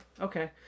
okay